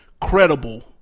Credible